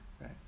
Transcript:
Right